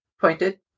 Pointed